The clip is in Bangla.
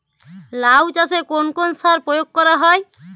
লাউ চাষে কোন কোন সার প্রয়োগ করা হয়?